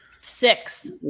Six